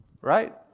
Right